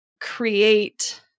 create